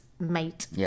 mate